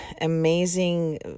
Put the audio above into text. amazing